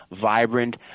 vibrant